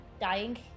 dying